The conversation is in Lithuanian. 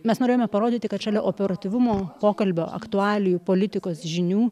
mes norėjome parodyti kad šalia operatyvumo pokalbio aktualijų politikos žinių